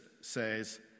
says